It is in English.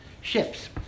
ships